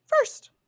First